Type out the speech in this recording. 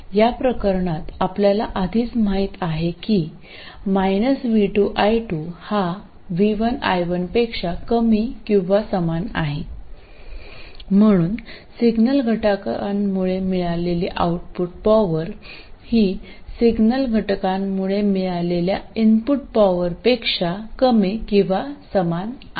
या प्रकरणात आपल्याला आधीच माहित आहे की v2 i2 हा v1 i1 पेक्षा कमी किंवा समान आहे म्हणून सिग्नल घटकामुळे मिळालेली आउटपुट पॉवर ही सिग्नल घटकामुळे मिळालेल्या इनपुट पॉवरपेक्षा कमी किंवा समान आहे